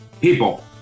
people